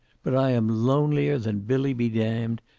but i am lonelier than billy-be-damned,